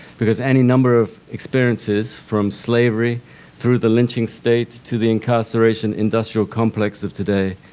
because any number of experiences from slavery through the lynching states, to the incarceration industrial complex of today,